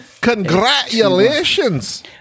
Congratulations